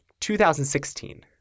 2016